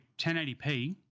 1080p